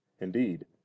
Indeed